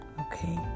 Okay